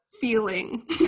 feeling